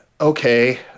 okay